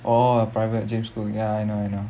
orh private james cook ya I know I know